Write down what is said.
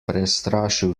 prestrašil